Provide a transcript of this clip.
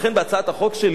לכן הצעת החוק שלי